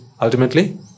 ultimately